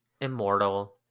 immortal